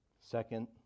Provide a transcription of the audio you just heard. Second